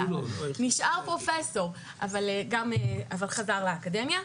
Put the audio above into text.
נשאר פרופסור, אבל חזר לאקדמיה.